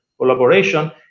collaboration